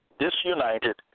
disunited